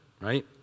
right